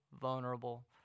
vulnerable